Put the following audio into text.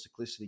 cyclicity